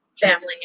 family